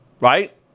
right